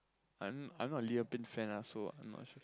I'm I'm not Liam-Payne fan ah so I'm not sure